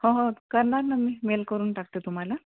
हो हो करणार ना मी मेल करून टाकते तुम्हाला